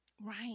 Right